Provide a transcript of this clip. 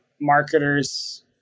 marketers